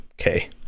Okay